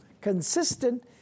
consistent